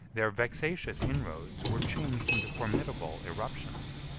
their vexatious inroads were changed into formidable irruptions,